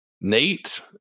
Nate